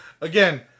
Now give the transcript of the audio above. again